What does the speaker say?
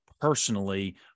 personally